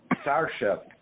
Starship